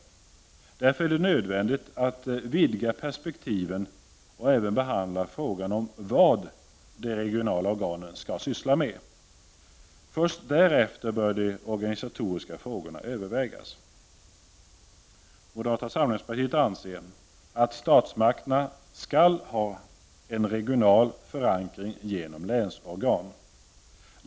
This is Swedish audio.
Därför är det nödvändigt att vidga perspektiven och även behandla frågan om vad de regionala organen skall syssla med. Först därefter bör de organisatoriska frågorna övervägas. Moderata samlingspartiet anser att statsmakterna skall ha en regional förankring genom länsorgan.